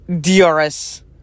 DRS